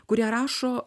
kurią rašo